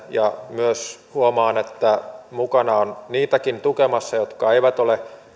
ja myös huomaan että mukana tukemassa on niitäkin jotka eivät ole kaikki